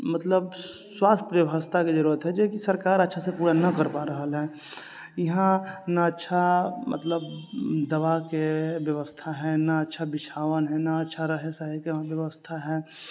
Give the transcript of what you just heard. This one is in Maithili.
मतलब स्वास्थ ब्यबस्था के जरूरत है जेकि सरकार अच्छासे पूरा न कर पा रहल है इहाँ न अच्छा मतलब दवा के ब्यबस्था है न अच्छा बिछावन है न अच्छा रहै सहै के ब्यबस्था है